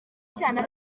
cyane